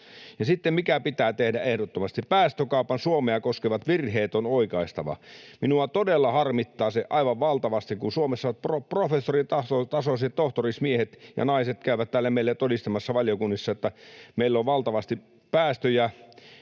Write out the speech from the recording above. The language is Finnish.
sitten se, mikä pitää tehdä ehdottomasti: päästökaupan Suomea koskevat virheet on oikaistava. Minua todella harmittaa se aivan valtavasti, kun Suomessa professoritasoiset tohtorismiehet ja ‑naiset käyvät täällä meillä todistamassa valiokunnissa, että meillä on valtavasti päästöjä.